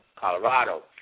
Colorado